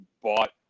bought